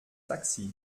taxi